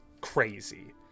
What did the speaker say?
crazy